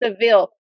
seville